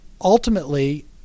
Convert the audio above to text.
ultimately